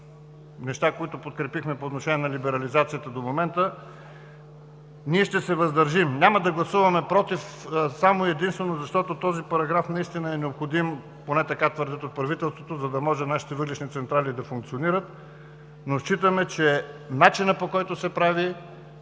неща, които подкрепихме, по отношение на либерализацията до момента ние ще се въздържим. Няма да гласуваме против само и единствено защото този параграф наистина е необходим, поне така твърдят от правителството, за да може нашите въглищни централи да функционират, но считаме, че начинът, по който се прави,